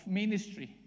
ministry